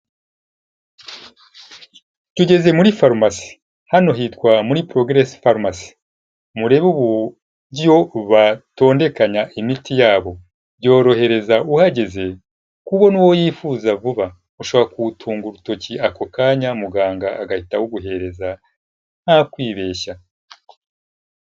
Tugeze muri farumasi. Hano hitwa muri Progress pharmacy. Murebe uburyo batondekanya imiti yabo. Yorohereza uhageze kubona uwo yifuza vuba. Ushobora kuwutunga urutoki ako kanya muganga agahita awuguhereza nta kwibeshya.